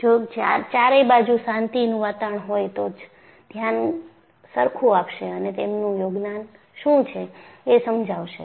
જો ચારેય બાજુ શાંતિનું વાતાવરણ હોય તો જ ધ્યાન સરખું આપશે અને એમનું યોગદાન શું છે એ સમજાશે